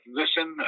listen